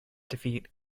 defeat